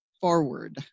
forward